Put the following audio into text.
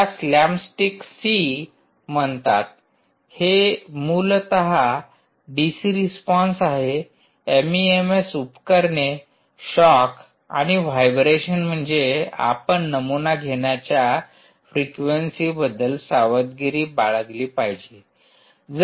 त्यास slam stick C म्हणतात आणि हे मूलत डीसी रिस्पॉन्स आहे एमईएमएस उपकरणे शॉकआणि व्हायब्रेशन म्हणजे आपण नमुना घेण्याच्या फ्रीक्वेंसी बद्दल सावधगिरी बाळगली पाहिजे